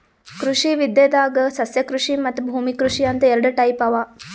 ಕೃಷಿ ವಿದ್ಯೆದಾಗ್ ಸಸ್ಯಕೃಷಿ ಮತ್ತ್ ಭೂಮಿ ಕೃಷಿ ಅಂತ್ ಎರಡ ಟೈಪ್ ಅವಾ